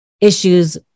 issues